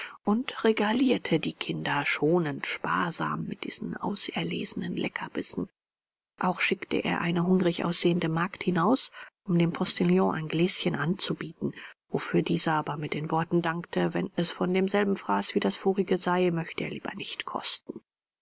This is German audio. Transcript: und regalierte die kinder schonend sparsam mit diesen auserlesenen leckerbissen auch schickte er eine hungrig aussehende magd hinaus um dem postillon ein gläschen anzubieten wofür dieser aber mit den worten dankte wenn es von demselben faß wie das vorige sei möchte er lieber nicht kosten